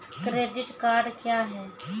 Credit card क्या हैं?